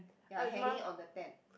ya hanging on the tent